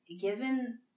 given